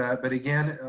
yeah but again,